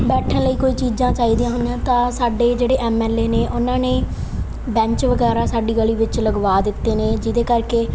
ਬੈਠਣ ਲਈ ਕੋਈ ਚੀਜ਼ਾਂ ਚਾਹੀਦੀਆਂ ਹੁੰਦੀਆਂ ਤਾਂ ਸਾਡੇ ਜਿਹੜੇ ਐਮ ਐਲ ਏ ਨੇ ਉਹਨਾਂ ਨੇ ਬੈਂਚ ਵਗੈਰਾ ਸਾਡੀ ਗਲੀ ਵਿੱਚ ਲਗਵਾ ਦਿੱਤੇ ਨੇ ਜਿਹਦੇ ਕਰਕੇ